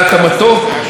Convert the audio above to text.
יותר נכון התאמתה,